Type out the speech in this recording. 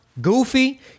Goofy